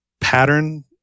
pattern